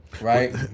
right